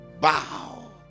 bow